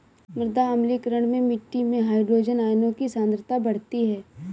मृदा अम्लीकरण में मिट्टी में हाइड्रोजन आयनों की सांद्रता बढ़ती है